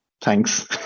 thanks